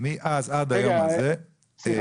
ועד היום הזה זה הארגון היציג.